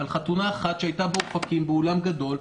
בעקבות חתונה אחת שהייתה באופקים באולם גדול,